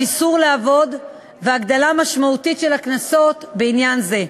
איסור לעבוד והגדלה משמעותית של הקנסות בעניין זה.